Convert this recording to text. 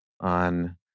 on